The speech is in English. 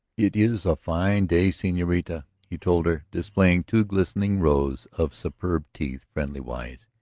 it is a fine day, senorita, he told her, displaying two glistening rows of superb teeth friendliwise.